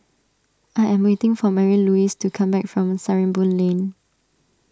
I am waiting for Marylouise to come back from Sarimbun Lane